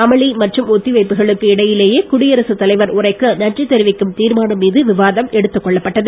அமளி மற்றும் ஒத்திவைப்புகளுக்கு இடையிலேயே குடியரசு தலைவர் உரைக்கு நன்றி தெரிவிக்கும் தீர்மானம் மீது விவாதம் எடுத்துக் கொள்ளப்பட்டது